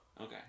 Okay